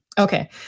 okay